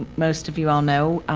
most of you all know,